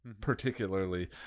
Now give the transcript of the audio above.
particularly